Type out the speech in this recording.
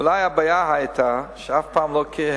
אולי הבעיה היתה שאף פעם לא היה